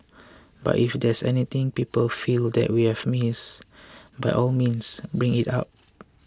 but if there's anything people feel that we've missed by all means bring it up